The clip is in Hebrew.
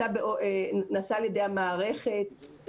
נעשה על ידי המערכת.